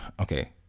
okay